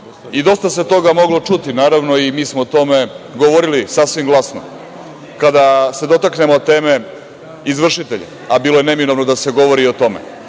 se toga moglo čuti i mi smo o tome govorili sasvim glasno kada se dotaknemo teme - izvršitelji, a bilo je neminovno da se govori i o tome.